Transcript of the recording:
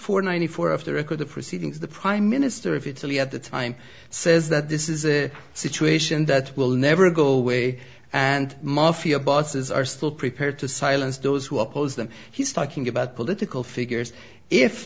for ninety four of the record the proceedings the prime minister of italy at the time says that this is a situation that will never go away and mafia bosses are still prepared to silence those who oppose them he's talking about political figures if